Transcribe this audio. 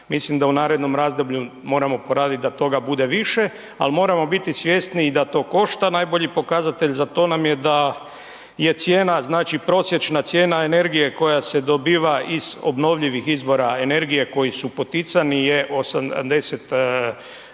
Mislim da u narednom razdoblju moramo poraditi da toga bude više, ali moramo biti svjesni da to košta. Najbolji pokazatelj za to nam da je prosječna cijena energije koja se dobiva iz obnovljivih izvora energije koji su poticani je 0,88